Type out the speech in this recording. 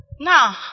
Now